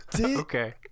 Okay